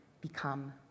become